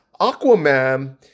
Aquaman